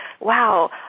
wow –